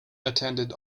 attended